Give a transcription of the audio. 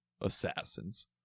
assassins